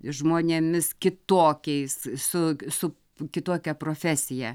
žmonėmis kitokiais su su kitokia profesija